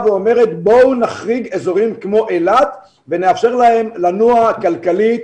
ואומרת בואו נחריג אזורים כמו אילת ונאפשר להם לנוע כלכלית.